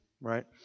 right